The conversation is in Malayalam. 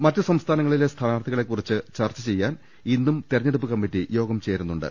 മറ്റു സംസ്ഥാനങ്ങളിലെ സ്ഥാനാർഥികളെ കുറിച്ച് ചർച്ച ചെയ്യാൻ ഇന്നും തെരഞ്ഞെടുപ്പ് കമ്മിറ്റി യോഗം ചേരുന്നുണ്ട്